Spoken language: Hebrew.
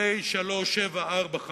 פ/3745,